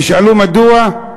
תשאלו מדוע?